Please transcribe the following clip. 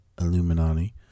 Illuminati